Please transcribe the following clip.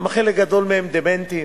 חלק גדול מהם דמנטיים,